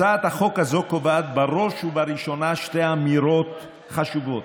הצעת החוק הזו קובעת בראש ובראשונה שתי אמירות חשובות.